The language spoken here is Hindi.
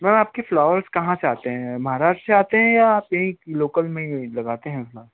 मैम आपके फ़्लावर्स कहाँ से आते हैं महाराष्ट्र से आते हैं या आप यहीं लोकल में ही लगाते हैं फ़्लार